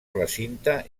recinte